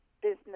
business